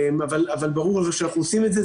אבל ברור שאנחנו עושים את זה.